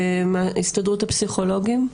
מהסתדרות הפסיכולוגים,